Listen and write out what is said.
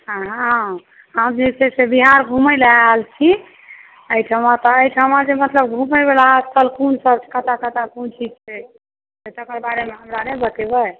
हँ हम जे छै से बिहार घुमऽ लए आयल छी एहि सभठाम घुमए वाला स्थान कोन सभ छै कतऽ कतऽ कोन चीज सभ छैक एतऽके बारेमे हमरा नहि बतेबै